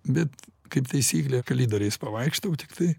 bet kaip taisyklė kalidoriais pavaikštau tiktai